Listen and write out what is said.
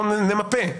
שנייה,